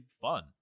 fun